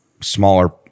smaller